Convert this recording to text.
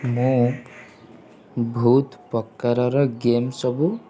ମୁଁ ବହୁତ ପ୍ରକାରର ଗେମ୍ ସବୁ